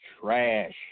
trash